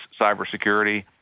cybersecurity –